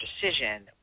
decision